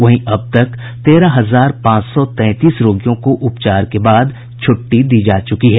वहीं अब तक तेरह हजार पांच सौ तैंतीस रोगियों को उपचार के बाद छुट्टी दी जा चुकी है